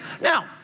Now